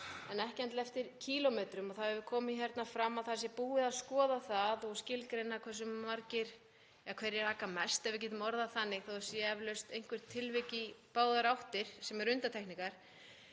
en ekki endilega eftir kílómetrum og það hefur komið fram hér að það sé búið að skoða það og skilgreina hverjir aka mest, ef við getum orðað það þannig, þó að það séu eflaust einhver tilvik í báðar áttir sem eru undantekningar.